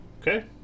Okay